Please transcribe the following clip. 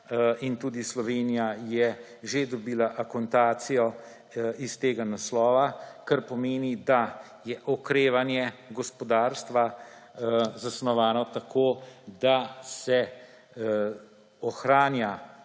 Tudi Slovenija je že dobila akontacijo iz tega naslova, kar pomeni, da je okrevanje gospodarstva zasnovano tako, da se ohranja